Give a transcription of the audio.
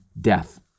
death